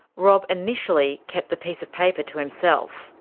rob initially kept the piece of paper to himself.